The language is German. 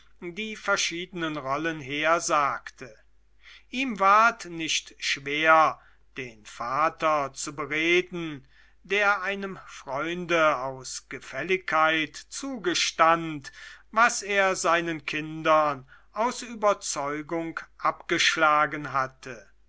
die verschiedenen rollen hersagte ihm ward nicht schwer den vater zu bereden der einem freunde aus gefälligkeit zugestand was er seinen kindern aus überzeugung abgeschlagen hatte